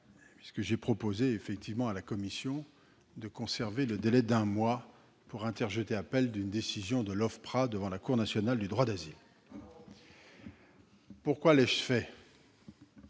puisque j'ai proposé à la commission de conserver le délai d'un mois pour interjeter appel d'une décision de l'OFPRA devant la Cour nationale du droit d'asile. Bravo ! Pourquoi l'ai-je fait ?